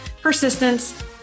persistence